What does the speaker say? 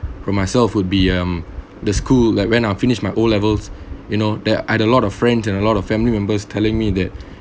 for myself would be um the school like when I finished my o levels you know that I had a lot of friends and a lot of family members telling me that